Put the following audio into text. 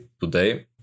today